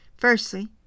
Firstly